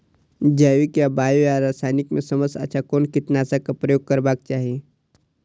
जैविक या बायो या रासायनिक में सबसँ अच्छा कोन कीटनाशक क प्रयोग करबाक चाही?